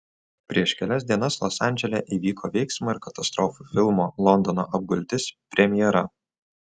prieš kelias dienas los andžele įvyko veiksmo ir katastrofų filmo londono apgultis premjera